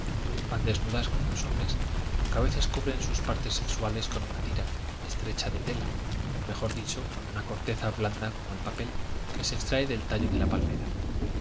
van desnudas como los hombres aunque a veces cubren sus partes sexuales con una tira estrecha de tela o mejor dicho con una corteza blanda como el papel que se extrae del tallo de la palmera